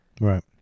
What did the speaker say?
Right